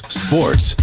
sports